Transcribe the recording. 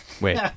wait